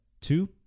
Two